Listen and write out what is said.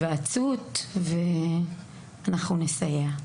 היוועצות ונסייע.